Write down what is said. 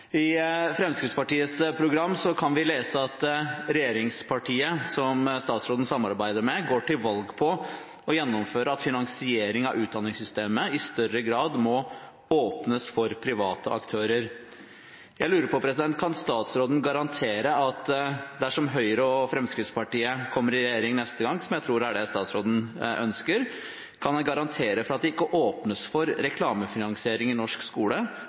Fremskrittspartiets program kan vi lese at regjeringspartiet går til valg på å gjennomføre at finansiering av utdanningssystemet i større grad må «åpnes for private aktører». Kan statsråden garantere at dersom Høyre- og Fremskrittspartiet-regjeringen fortsetter, vil det ikke åpnes for reklamefinansiering i norsk skole, og at Fremskrittspartiet sine målsettinger ikke blir gjennomført?» Loven er veldig klar på at norsk skole skal være reklamefri, og slik skal det også fortsette. Jeg er ikke